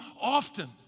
often